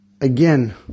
Again